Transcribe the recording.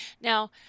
now